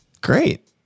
Great